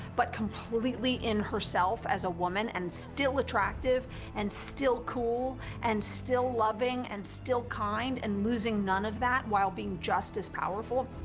but completely in herself as a woman, and still attractive and still cool and still loving and still kind and losing none of that while being just as powerful,